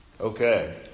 okay